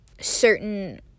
certain